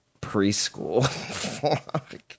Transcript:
preschool